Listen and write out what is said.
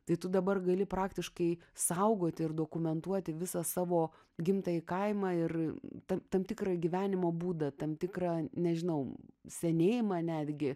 tai tu dabar gali praktiškai saugoti ir dokumentuoti visą savo gimtąjį kaimą ir tam tam tikrą gyvenimo būdą tam tikra nežinau senėjimą netgi